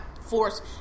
force